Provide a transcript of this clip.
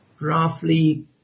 roughly